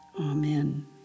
Amen